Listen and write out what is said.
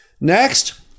Next